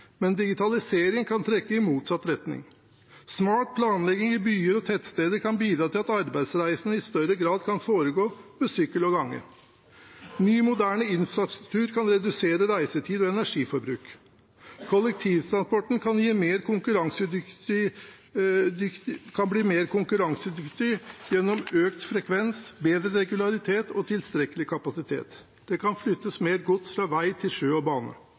men digitalisering kan trekke i motsatt retning. Smart planlegging i byer og tettsteder kan bidra til at arbeidsreisene i større grad kan foregå med sykkel og gange. Ny, moderne infrastruktur kan redusere reisetid og energiforbruk. Kollektivtransporten kan bli mer konkurransedyktig gjennom økt frekvens, bedre regularitet og tilstrekkelig kapasitet. Det kan flyttes mer gods fra vei til sjø og bane.